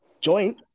Joint